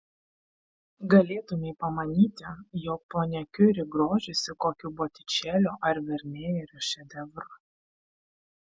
galėtumei pamanyti jog ponia kiuri grožisi kokiu botičelio ar vermejerio šedevru